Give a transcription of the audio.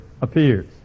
appears